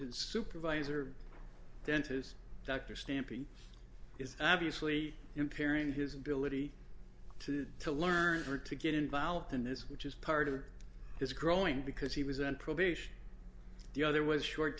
supervisor dentist dr stamping is obviously impairing his ability to to learn or to get involved in this which is part of his growing because he was on probation the other was short